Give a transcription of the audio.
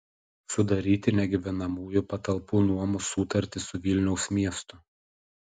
sudaryti negyvenamųjų patalpų nuomos sutartį su vilniaus miestu